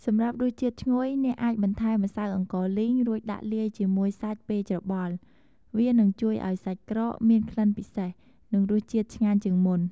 សម្រាប់រសជាតិឈ្ងុយ អ្នកអាចបន្ថែមម្សៅអង្ករលីង រួចដាក់លាយជាមួយសាច់ពេលច្របល់ វានឹងជួយឱ្យសាច់ក្រកមានក្លិនពិសេស និងរសជាតិឆ្ងាញ់ជាងមុន។